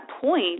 point